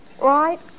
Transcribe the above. right